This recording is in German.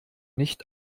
nicht